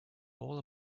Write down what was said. all